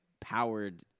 powered